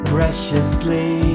Preciously